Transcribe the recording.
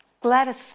Gladys